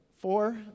Four